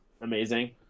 amazing